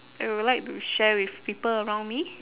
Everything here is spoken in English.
I would like to share with people around me